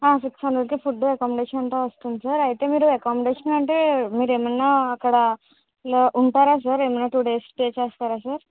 six హండ్రెడుకే food accommodation అంత వస్తుంది సార్ అయితే మీరు అకామడేషన్ అంటే మీరేమన్నా అక్కడ ఉంటారా సార్ ఏమైనా టూ డేస్ స్టే చేస్తారా సార్